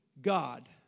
God